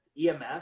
EMF